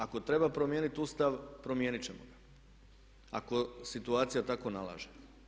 Ako treba promijenit Ustav promijenit ćemo ga, ako situacija tako nalaže.